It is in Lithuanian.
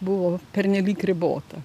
buvo pernelyg ribota